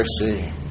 mercy